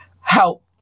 help